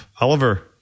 Oliver